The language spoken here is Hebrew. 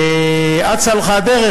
ואצה לך הדרך,